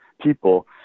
people